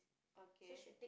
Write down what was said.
okay